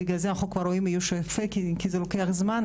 בגלל זה אנחנו כבר רואים איוש יפה כי זה לוקח זמן.